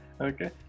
okay